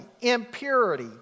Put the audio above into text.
impurity